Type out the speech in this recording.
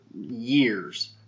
years